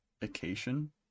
vacation